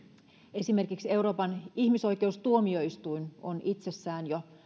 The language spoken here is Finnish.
esimerkiksi euroopan ihmisoikeustuomioistuin on itsessään jo